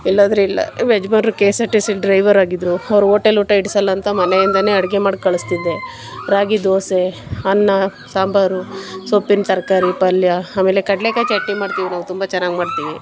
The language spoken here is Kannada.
ಇಲ್ಲ ಅಂದ್ರೆ ಇಲ್ಲ ನಮ್ಮ ಯಜಮಾನ್ರು ಕೆ ಎಸ್ ಆರ್ ಟಿ ಸಿಲಿ ಡ್ರೈವರ್ ಆಗಿದ್ದರು ಅವರು ಓಟೆಲ್ ಊಟ ಇಡ್ಸೋಲ್ಲ ಅಂತ ಮನೆಯಿಂದಲೇ ಅಡುಗೆ ಮಾಡಿ ಕಳಿಸ್ತಿದ್ದೆ ರಾಗಿ ದೋಸೆ ಅನ್ನ ಸಾಂಬಾರು ಸೊಪ್ಪಿನ ತರಕಾರಿ ಪಲ್ಯ ಆಮೇಲೆ ಕಡಲೇಕಾಯಿ ಚಟ್ನಿ ಮಾಡ್ತೀವಿ ನಾವು ತುಂಬ ಚೆನ್ನಾಗಿ ಮಾಡ್ತೀವಿ